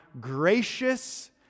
gracious